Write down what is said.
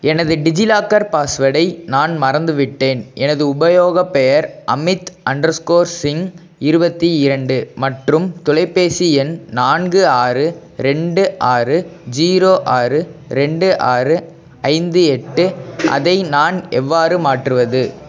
எனது டிஜிலாக்கர் பாஸ்வேர்டை நான் மறந்துவிட்டேன் எனது உபயோகப் பெயர் அமித் அண்டர்ஸ்கோர் சிங் இருபத்தி இரண்டு மற்றும் தொலைபேசி எண் நான்கு ஆறு ரெண்டு ஆறு ஜீரோ ஆறு ரெண்டு ஆறு ஐந்து எட்டு அதை நான் எவ்வாறு மாற்றுவது